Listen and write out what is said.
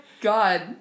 god